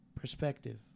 perspective